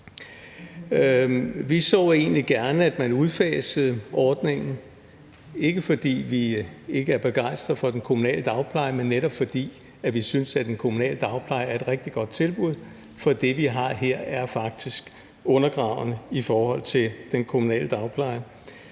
gerne, at man udfasede ordningen – ikke fordi vi ikke er begejstret for den kommunale dagpleje, men netop fordi vi synes, at den kommunale dagpleje er et rigtig godt tilbud. Og det, vi har her, er faktisk undergravende i forhold til den kommunale dagpleje.